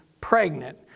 pregnant